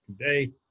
today